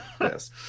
yes